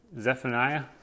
Zephaniah